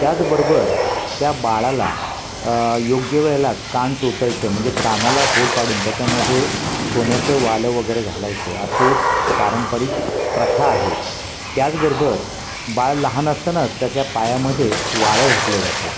त्याचबरोबर त्या बाळाला योग्य वेळेला कान टोचायचं म्हणजे कानाला होल पाडून त्याच्यामध्ये सोन्याचं वालं वगैरे घालायचं असे पारंपरिक प्रथा आहे त्याचबरोबर बाळ लहान असताना त्याच्या पायामध्ये वाळं घातलं जातं